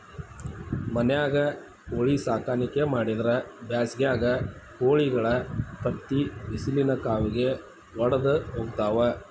ಮನ್ಯಾಗ ಕೋಳಿ ಸಾಕಾಣಿಕೆ ಮಾಡಿದ್ರ್ ಬ್ಯಾಸಿಗ್ಯಾಗ ಕೋಳಿಗಳ ತತ್ತಿ ಬಿಸಿಲಿನ ಕಾವಿಗೆ ವಡದ ಹೋಗ್ತಾವ